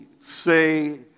say